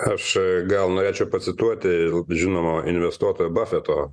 aš gal norėčiau pacituoti žinomo investuotojo bafeto